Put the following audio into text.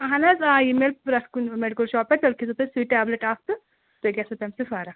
اہَن حظ آ یہِ میلہِ پرٛتھ کُنہِ میٚڈِکَل شاپہٕ پیٚٹھ تیٚلہِ کھیٚےزیٚو تُہۍ سُے ٹیبلِٹ اَکھ تہٕ تۄہہِ گژھوٕ تَمہِ سۭتۍ فَرَق